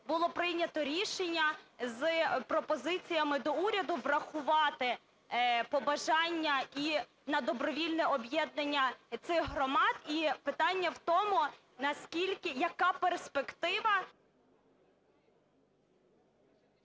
було прийнято рішення з пропозиціями до уряду врахувати побажання і на добровільне об'єднання цих громад. І питання в тому, наскільки, яка перспектива…